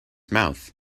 mouth